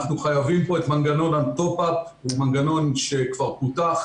אנחנו חייבים פה את מנגנון ה-On Top Up. הוא מנגנון שכבר פותח,